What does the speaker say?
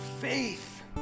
faith